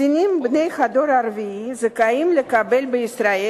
קטינים בני הדור הרביעי זכאים לקבל בישראל